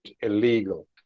illegal